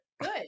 Good